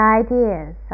ideas